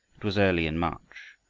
it was early in march,